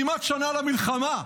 כמעט שנה למלחמה.